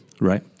Right